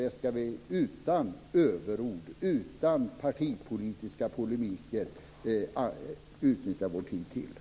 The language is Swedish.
Det ska vi utnyttja vår tid till, utan överord och partipolitisk polemik.